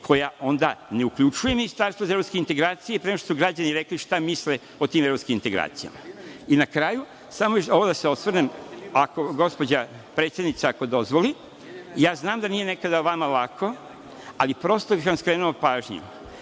koja onda ne uključuje ministarstvo za evropske integracije pre nego što su građani rekli šta misle o tim evropskim integracijama. Na kraju, samo bih želeo da se osvrnem, ako gospođa predsednica dozvoli, znam da nije nekada vama lako, ali prosto bih vam skrenuo pažnju,